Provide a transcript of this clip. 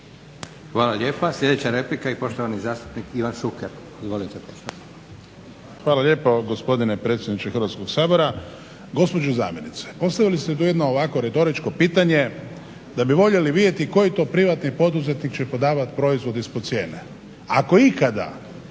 Hvala lijepa. Sljedeća replika i poštovani zastupnik Ivan Šuker. Izvolite.